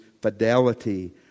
fidelity